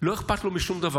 לא אכפת לו משום דבר.